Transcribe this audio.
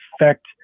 affect